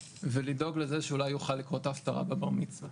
ולדאוג לזה שאולי יוכל לקרוא את ההפטרה בבר מצווה.